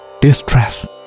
distress